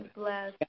bless